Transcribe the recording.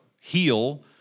heal